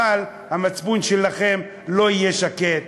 אבל המצפון שלכם לא יהיה שקט,